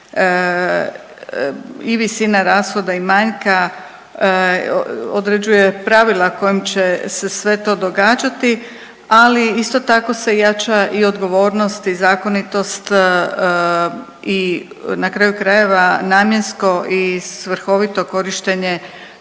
i visina rashoda i manjka, određuje pravila kojim će se sve to događati, ali isto tako se jača i odgovornost i zakonitost i na kraju krajeva namjensko i svrhovito korištenje